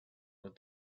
what